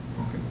Okay